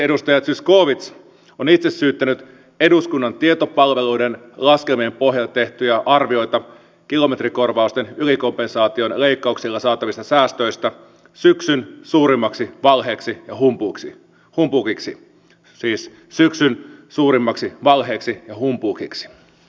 esimerkiksi edustaja zyskowicz on itse syyttänyt eduskunnan tietopalveluiden laskelmien pohjalta tehtyjä arvioita kilometrikorvausten ylikompensaation leikkauksilla saatavista säästöistä syksyn suurimmaksi valheeksi ja humpuukiksi siis syksyn suurimmaksi valheeksi ja humpuukiksi